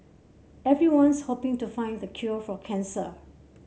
everyone's hoping to find the cure for cancer